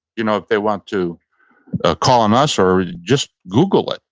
you know if they want to ah call on us or just google it.